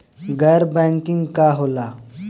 गैर बैंकिंग का होला?